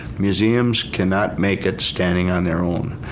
museums cannot make it standing on their own.